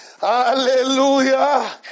Hallelujah